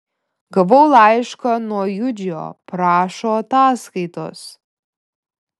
gavau laišką nuo judžio prašo ataskaitos